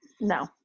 No